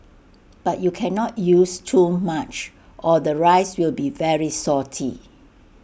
but you cannot use too much or the rice will be very salty